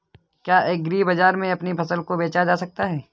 क्या एग्रीबाजार में अपनी फसल को बेचा जा सकता है?